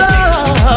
Love